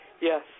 Yes